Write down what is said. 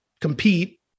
compete